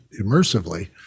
immersively